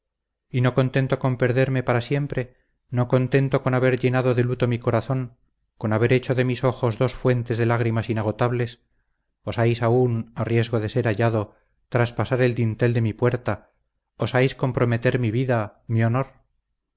y no contento con perderme para siempre no contento con haber llenado de luto mi corazón con haber hecho de mis ojos dos fuentes de lágrimas inagotables osáis aún a riesgo de ser hallado traspasar el dintel de mi puerta osáis comprometer mi vida mi honor